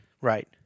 Right